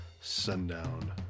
Sundown